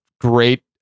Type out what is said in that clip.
great